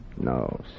No